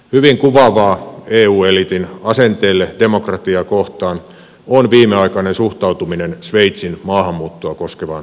hyvin kuvaavaa eu eliitin asenteelle demokratiaa kohtaan on viimeaikainen suhtautuminen sveitsin maahanmuuttoa koskevaan kansanäänestykseen